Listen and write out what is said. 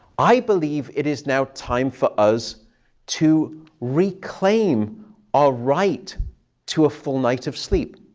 i believe it is now time for us to reclaim our right to a full night of sleep,